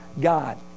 God